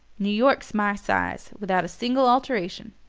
new york's my size without a single alteration.